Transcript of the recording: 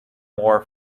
more